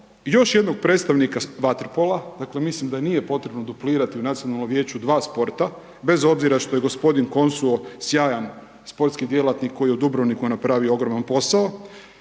još jednog predstavnika vaterpola, dakle mislim da nije potrebno duplirati u nacionalnom vijeću 2 sporta, bez obzira što je g. Konsuo, sjajan sportski djelatnik koji je u Dubrovniku napravio ogroman posao.